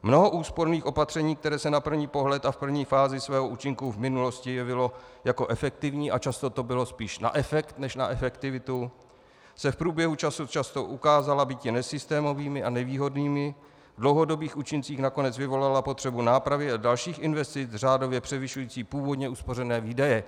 Mnoho úsporných opatření, která se na první pohled a v první fázi svého účinku v minulosti jevila jako efektivní a často to bylo spíš na efekt než na efektivitu, se v průběhu času často ukázala býti nesystémovými a nevýhodnými, v dlouhodobých účincích nakonec vyvolala potřebu nápravy a dalších investic, řádově převyšujících původně uspořené výdaje.